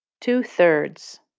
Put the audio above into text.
two-thirds